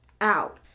out